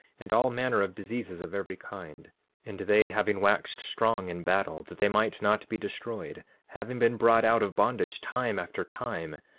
and all manner of diseases of every kind and they having waxed strong in battle, that they might not be destroyed having been brought out of bondage time after time,